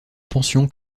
pension